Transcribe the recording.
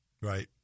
Right